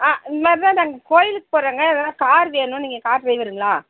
ஆ நாங்கள் கோயிலுக்கு போகறோங்க அதான் கார் வேணும் நீங்கள் கார் டிரைவருங்களா